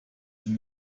sie